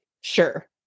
Sure